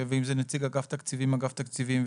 ואם זה נציג אגף תקציבים אגף תקציבים,